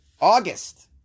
August